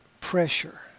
pressure